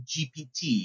GPT